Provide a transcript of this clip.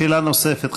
שאלה נוספת,